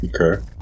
Okay